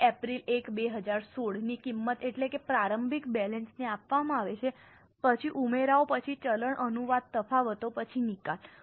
હવે એપ્રિલ 1 2016 ની કિંમત એટલે કે પ્રારંભિક બેલેન્સ આપવામાં આવે છે પછી ઉમેરાઓ પછી ચલણ અનુવાદ તફાવતો પછી નિકાલ